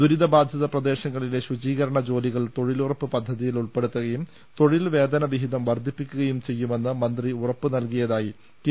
ദുരിതബാധിത പ്രദേശങ്ങളിലെ ശുചീകരണ ജോലികൾ തൊഴിലുറപ്പ് പദ്ധതിയിൽ ഉൾപ്പെടുത്തുകയും തൊഴിൽ വേതന വിഹിതം വർധിപ്പിക്കുകയും ചെയ്യുമെന്ന് മന്ത്രി ഉറപ്പു നൽകിയതായി കെ